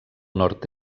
nord